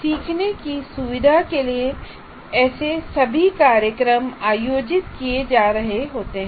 सीखने की सुविधा के लिए ऐसे सभी कार्यक्रम आयोजित किए जा रहे हैं